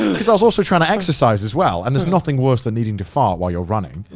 cause i was also trying to exercise as well. and there's nothing worse than needing to fart while you're running.